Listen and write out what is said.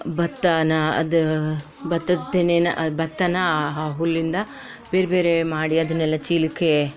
ಭತ್ತನಾ ಅದು ಭತ್ತದ ತೆನೆನಾ ಆ ಭತ್ತನ ಆ ಹುಲ್ಲಿಂದ ಬೇರೆ ಬೇರೆ ಮಾಡಿ ಅದನ್ನೆಲ್ಲ ಚೀಲಕ್ಕೆ